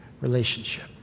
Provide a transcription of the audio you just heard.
relationship